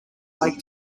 lake